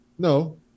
No